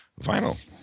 vinyl